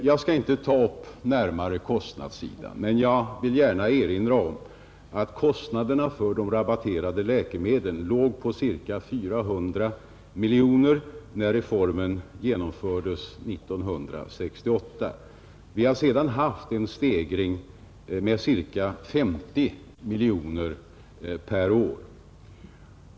Jag skall inte ta upp kostnadssidan närmare, men jag vill gärna erinra om att kostnaderna för de rabatterade läkemedlen låg på cirka 400 miljoner kronor när reformen genomfördes 1968. Vi har sedan haft en stegring med cirka 50 miljoner kronor per år.